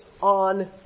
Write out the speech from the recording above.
on